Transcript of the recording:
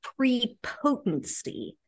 prepotency